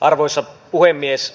arvoisa puhemies